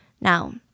now